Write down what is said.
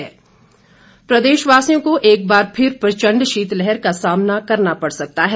मौसम प्रदेशवासियों को एक बार फिर प्रचंड शीतलहर का सामना करना पड़ सकता है